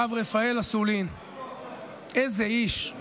הרב רפאל אסולין, איזה איש,